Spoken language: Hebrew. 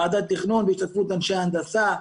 ועדת תכנון בהשתתפות אנשי הנדסה,